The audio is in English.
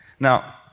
Now